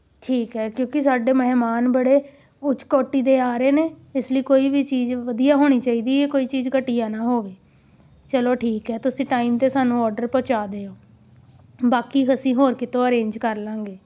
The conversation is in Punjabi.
ਠੀਕ ਹੈ ਕਿਉਂਕਿ ਸਾਡੇ ਮਹਿਮਾਨ ਬੜੇ ਉੱਚ ਕੋਟੀ ਦੇ ਆ ਰਹੇ ਨੇ ਇਸ ਲਈ ਕੋਈ ਵੀ ਚੀਜ਼ ਵਧੀਆ ਹੋਣੀ ਚਾਹੀਦੀ ਹੈ ਕੋਈ ਚੀਜ਼ ਘਟੀਆ ਨਾ ਹੋਵੇ ਚਲੋ ਠੀਕ ਹੈ ਤੁਸੀਂ ਟਾਈਮ 'ਤੇ ਸਾਨੂੰ ਔਡਰ ਪਹੁੰਚਾ ਦਿਉ ਬਾਕੀ ਅਸੀਂ ਹੋਰ ਕਿਤੋਂ ਅਰੇਂਜ ਕਰ ਲਵਾਂਗੇ